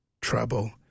trouble